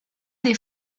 des